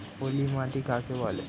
পলি মাটি কাকে বলে?